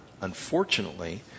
Unfortunately